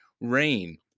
Rain